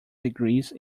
degrees